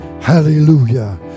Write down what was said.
hallelujah